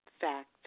fact